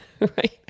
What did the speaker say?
Right